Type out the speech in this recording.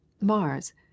mars